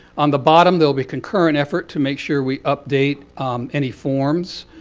on the bottom, there will be concurrent effort to make sure we update any forms,